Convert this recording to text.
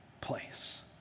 place